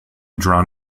drawn